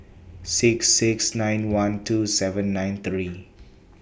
six six nine one two seven nine three